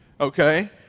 okay